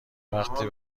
وقتی